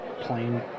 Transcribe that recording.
plain